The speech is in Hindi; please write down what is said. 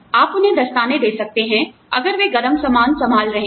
आप उन्हें दस्तानेदे सकते हैं अगर वे गर्म सामान संभाल रहे हैं